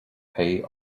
pay